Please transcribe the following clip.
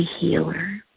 healer